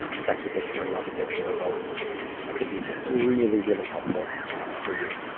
sex addiction or love addiction or both. that could be really, really helpful for you.